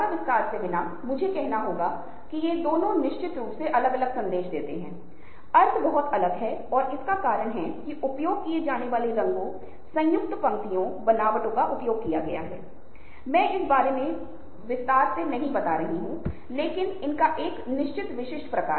virality वह जगह है जहां सोशल मीडिया पर कुछ प्रोलिफायर करता है कुछ वायरल होता है जिसका मतलब है कि कुछ अचानक बहुत लोकप्रिय हो जाता है और हर कोई इसे सफेद कवरेज पाने के लिए इस प्रबंधन के साथ शुरू करने के लिए देखता है